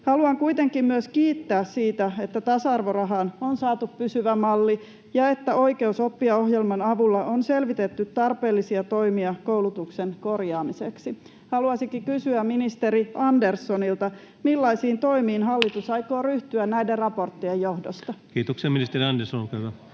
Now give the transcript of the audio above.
Haluan kuitenkin myös kiittää siitä, että tasa-arvorahaan on saatu pysyvä malli ja että Oikeus oppia ‑ohjelman avulla on selvitetty tarpeellisia toimia koulutuksen korjaamiseksi. Haluaisinkin kysyä ministeri Anderssonilta: millaisiin toimiin hallitus aikoo ryhtyä näiden raporttien johdosta? [Speech 100] Speaker: